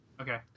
Okay